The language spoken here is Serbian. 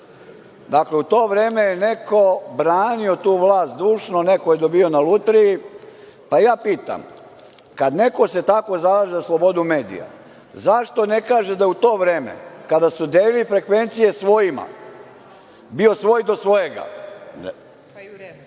Dakle, u vreme je neko branio tu vlast zdušno, neko je dobijao na lutriji. Ja pitam – kada se neko tako zalaže za slobodu medija, zašto ne kaže da u to vreme kada su delili frekvencije svojima, bio svoj do svojega, pa i u